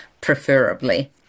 preferably